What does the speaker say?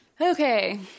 Okay